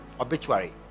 obituary